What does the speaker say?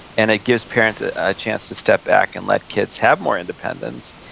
and it gives parents a chance to step back and let kids have more independence,